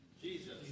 Jesus